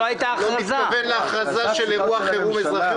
כ-200 מיליון שקלים מידי שנה לביטוח נזקי טבע.